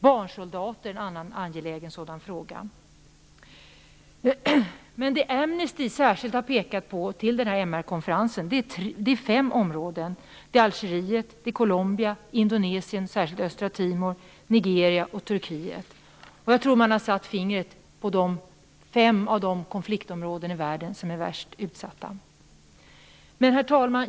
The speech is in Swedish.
Barnsoldater är en annan angelägen fråga. Amnesty har inför den här MR-konferensen särskilt pekat på fem områden: Algeriet, Colombia, Indonesien - särskilt östra Timor - Nigeria och Turkiet. Jag tror att man har satt fingret på fem av de konfliktområden i världen som är värst utsatta. Herr talman!